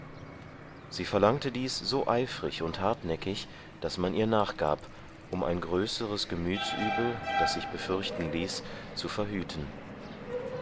sie verlangte dies so eifrig und hartnäckig daß man ihr nachgab um ein größeres gemütsübel das sich befürchten ließ zu verhüten